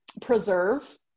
preserve